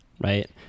Right